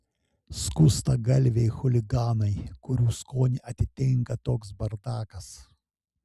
skustagalviai chuliganai kurių skonį atitinka toks bardakas